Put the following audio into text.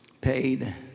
paid